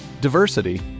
diversity